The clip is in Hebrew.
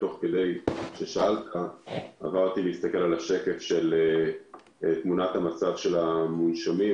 תוך כדי ששאלת הסתכלתי על השקף של תמונת המצב של המונשמים.